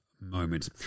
moment